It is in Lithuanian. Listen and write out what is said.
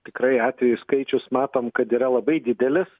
tikrai atvejų skaičius matom kad yra labai didelis